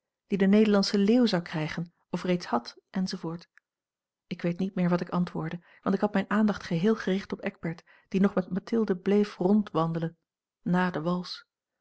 die den nederlandschen leeuw zou krijgen of reeds had enz ik weet niet meer wat ik antwoordde want ik had mijne aandacht geheel gericht op eckbert die nog met mathilde bleef rondwandelen nà de wals